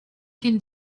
can